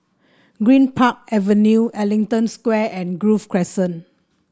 Greenpark Avenue Ellington Square and Grove Crescent